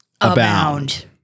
Abound